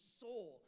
soul